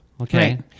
okay